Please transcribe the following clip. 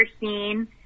seen